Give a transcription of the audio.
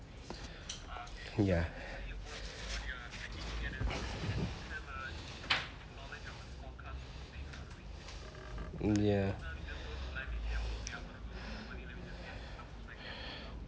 ya ya